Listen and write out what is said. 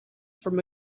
from